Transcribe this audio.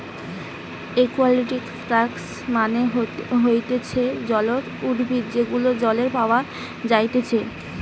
একুয়াটিকে প্লান্টস মানে হতিছে জলজ উদ্ভিদ যেগুলো জলে পাওয়া যাইতেছে